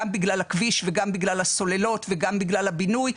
גם בגלל הכביש וגם בגלל הסוללות וגם בגלל הבינוי.